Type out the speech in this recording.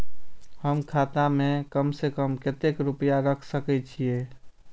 हम खाता में कम से कम कतेक रुपया रख सके छिए?